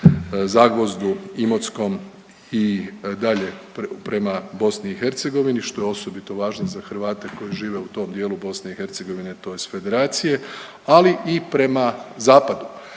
Zagvozdu, Imotskom i dalje prema Bosni i Hercegovini što je osobito važno za Hrvate koji žive u tom dijelu Bosne i Hercegovine tj. federacije, ali i prema zapadu.